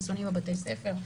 חיסונים בבתי ספר,